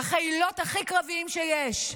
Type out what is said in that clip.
לחילות הכי קרביים שיש.